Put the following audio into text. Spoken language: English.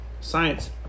science